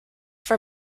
for